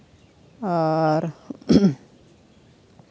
ᱟᱨ